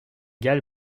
gale